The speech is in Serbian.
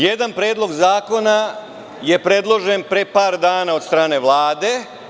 Jedan predlog zakona je predložen pre par dana od strane Vlade.